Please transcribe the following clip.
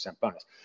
bonus